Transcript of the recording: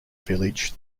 village